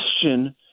question